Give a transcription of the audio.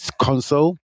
console